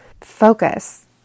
Focus